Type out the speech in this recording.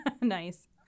Nice